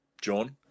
John